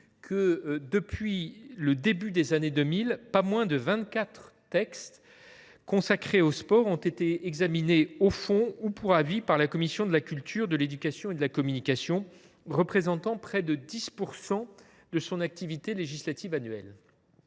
que, depuis le début des années 2000, pas moins de vingt quatre textes consacrés au sport ont été examinés au fond ou pour avis par la commission de la culture, de l’éducation et de la communication, représentant près de 10 % de son activité législative annuelle.